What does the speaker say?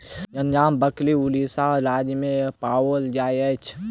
गंजाम बकरी उड़ीसा राज्य में पाओल जाइत अछि